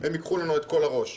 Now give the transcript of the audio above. הם ייקחו לנו את כל הראש.